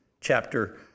chapter